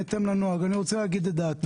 אני רוצה להגיד את דעתי.